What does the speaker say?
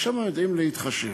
אז שם יודעים להתחשב,